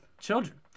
children